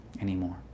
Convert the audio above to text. anymore